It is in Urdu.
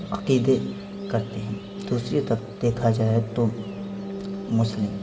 عقیدے کرتے ہیں دوسری طرف دیکھا جائے تو مسلم